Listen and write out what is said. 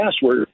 password